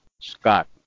Scott